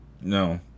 no